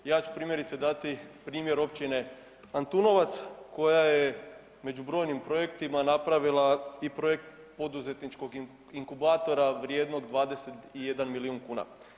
Ja ću primjerice dati primjer općine Antunovac koja je među brojnim projektima napravila i projekt poduzetničkog inkubatora vrijednog 21 milijun kuna.